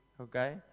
okay